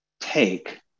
take